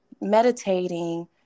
meditating